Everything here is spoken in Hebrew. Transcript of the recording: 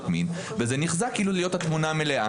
מין וזה נחזה כאילו להיות התמונה המלאה.